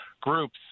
groups